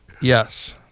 Yes